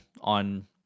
on